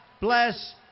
bless